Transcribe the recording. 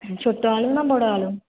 ଛୋଟ ଆଳୁ ନା ବଡ଼ ଆଳୁ